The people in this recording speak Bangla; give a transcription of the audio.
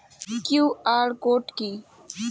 কিউ.আর কোড কি?